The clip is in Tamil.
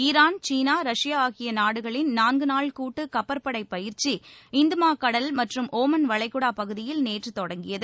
ஈரான் சீனா ரஷ்யா ஆகிய நாடுகளின் நான்கு நாள் கூட்டு கப்பற்படை பயிற்சி இந்து மகா கடல் மற்றும் ஒமன் வளைகுடாப் பகுதியில் நேற்று தொடங்கியது